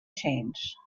change